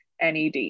NED